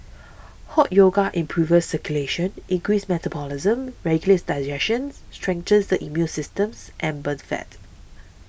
Hot Yoga improves circulation increases metabolism regulates digestions strengthens the immune systems and burns fat